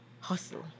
hustle